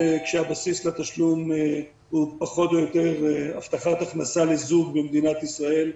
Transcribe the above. כשהבסיס לתשלום הוא פחות או יותר הבטחת הכנסה לזוג במדינת ישראל,